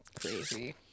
Crazy